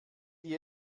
die